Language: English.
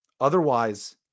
Otherwise